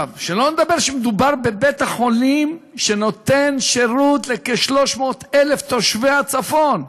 שלא נדבר על זה שמדובר בבית-החולים שנותן שירות לכ-300,000 תושבי הצפון.